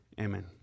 Amen